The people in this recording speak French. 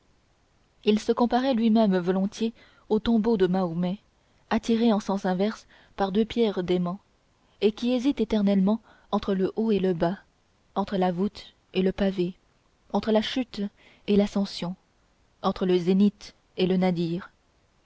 il se comparait lui-même volontiers au tombeau de mahomet attiré en sens inverse par deux pierres d'aimant et qui hésite éternellement entre le haut et le bas entre la voûte et le pavé entre la chute et l'ascension entre le zénith et le nadir